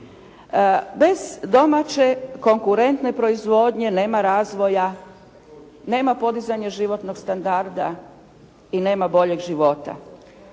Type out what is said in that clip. Bez domaće konkurentne proizvodnje nema razvoja, nema podizanja životnog standarda i nema boljeg života.